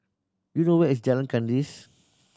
do you know where is Jalan Kandis